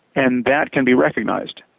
and that can be recognized.